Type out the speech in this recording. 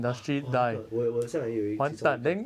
ah !wah! 那个我有我好像还有一其中一个